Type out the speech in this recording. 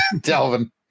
Delvin